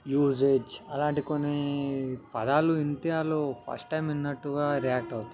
usage అలాంటి కొన్ని పదాలు వింటే వాళ్ళు ఫస్ట్ టైం విన్నట్టుగా రియాక్ట్ అవుతారు